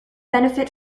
benefit